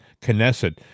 Knesset